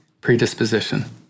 predisposition